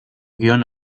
guion